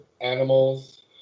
animals